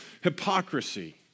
hypocrisy